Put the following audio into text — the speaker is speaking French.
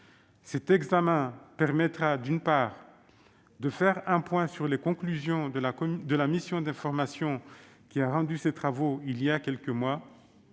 Cet examen permettra, d'une part, de faire un point sur les conclusions de la mission d'information qui a rendu ses travaux il y a quelques mois.